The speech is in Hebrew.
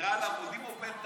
דירה על עמודים או פנטהאוז?